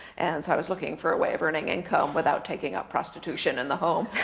and so i was looking for a way of earning income without taking up prostitution in the home.